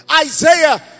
Isaiah